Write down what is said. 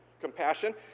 compassion